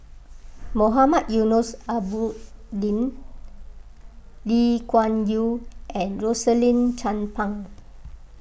Mohamed Eunos Lee Kuan Yew and Rosaline Chan Pang